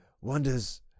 wonders